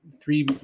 three